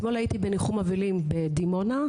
אתמול הייתי בניחום אבלים בדימונה,